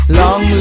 long